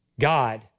God